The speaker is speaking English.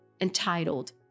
entitled